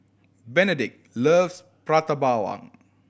Benedict loves Prata Bawang